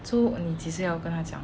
你几时要跟她讲